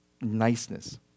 niceness